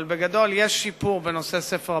אבל בגדול, יש שיפור בנושא ספר הפרופילים.